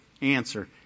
answer